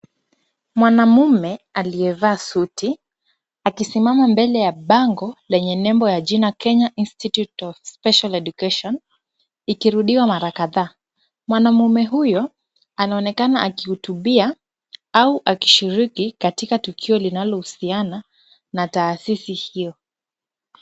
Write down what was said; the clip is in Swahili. Mwanamume aliyevaa suti akisimama mbele ya bango lenye nembo ya jina, Kenya Institute of Special Education, ikirudiwa mara kadhaa. Mwamamume huyo anaonekana akihutubia au akishiriki katika tukio linalohusiana na taasisi hiyo.